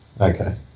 okay